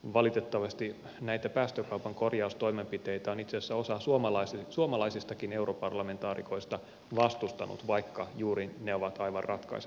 valitettavasti näitä päästökaupan korjaustoimenpiteitä on itse asiassa osa suomalaisistakin europarlamentaarikoista vastustanut vaikka juuri ne ovat aivan ratkaisevan tärkeitä